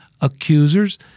accusers